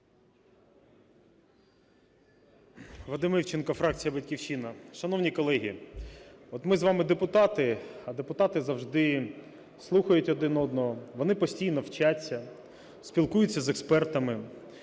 Вадим Івченко, фракція "Батьківщина". Шановні колеги, от ми з вами – депутати, а депутати завжди слухають один одного, вони постійно вчаться, спілкуються з експертами.